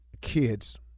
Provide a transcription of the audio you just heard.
kids